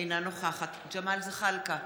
אינה נוכחת ג'מאל זחאלקה,